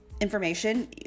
information